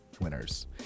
winners